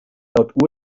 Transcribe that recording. laut